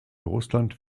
russland